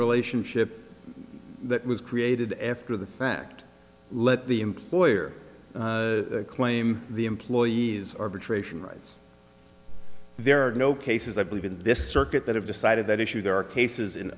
relationship that was created after the fact let the employer claim the employee's arbitration rights there are no cases i believe in this circuit that have decided that issue there are cases in